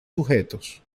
sujetos